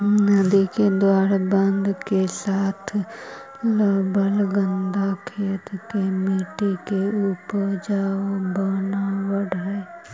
नदि के द्वारा बाढ़ के साथ लावल गाद खेत के मट्टी के ऊपजाऊ बनाबऽ हई